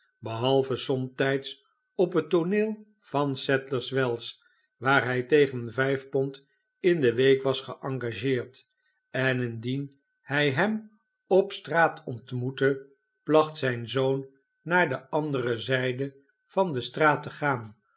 behalve somtijds op het tooneel van sadlers wells waar hij tegen vijf pond in de week was geengageerd en indien hi hem op straat ontmoette placht zijn zoon naar de andere zijde van de straat te gaan